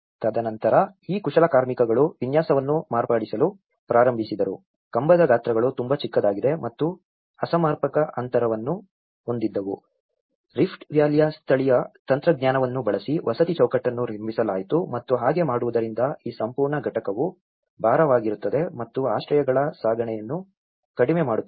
ತದನಂತರ ಈ ಕುಶಲಕರ್ಮಿಗಳು ವಿನ್ಯಾಸವನ್ನು ಮಾರ್ಪಡಿಸಲು ಪ್ರಾರಂಭಿಸಿದರು ಕಂಬದ ಗಾತ್ರಗಳು ತುಂಬಾ ಚಿಕ್ಕದಾಗಿದೆ ಮತ್ತು ಅಸಮರ್ಪಕ ಅಂತರವನ್ನು ಹೊಂದಿದ್ದವು ರಿಫ್ಟ್ ವ್ಯಾಲಿಯ ಸ್ಥಳೀಯ ತಂತ್ರಜ್ಞಾನವನ್ನು ಬಳಸಿ ವಸತಿ ಚೌಕಟ್ಟನ್ನು ನಿರ್ಮಿಸಲಾಯಿತು ಮತ್ತು ಹಾಗೆ ಮಾಡುವುದರಿಂದ ಈ ಸಂಪೂರ್ಣ ಘಟಕವು ಭಾರವಾಗಿರುತ್ತದೆ ಮತ್ತು ಆಶ್ರಯಗಳ ಸಾಗಣೆಯನ್ನು ಕಡಿಮೆ ಮಾಡುತ್ತದೆ